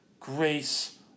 Grace